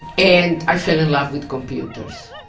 and, i fell in love with computers.